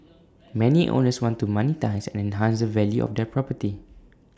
many owners want to monetise and enhance the value of their property